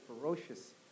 ferocious